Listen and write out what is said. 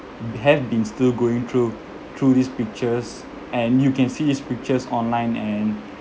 have been still going through through these pictures and you can see these pictures online and